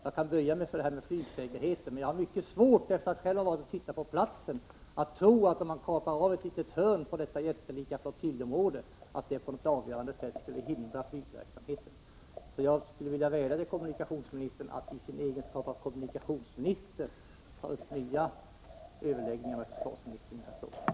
Jag kan böja mig för argumentet att flygsäkerheten skulle kunna påverkas, men efter att själv ha varit på platsen har jag mycket svårt att tro att det på något avgörande sätt skulle hindra flygverksamheten om man kapar av ett litet hörn på detta jättelika område. Jag vädjar till Curt Boström att han i sin egenskap av kommunikationsminister tar upp nya överläggningar med försvarsministern i den här frågan.